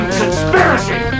conspiracy